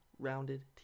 rounded